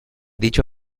dicha